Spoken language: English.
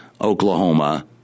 Oklahoma